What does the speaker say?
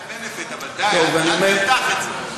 נתתי לך את ה-benefit, אבל די, אל תמתח את זה.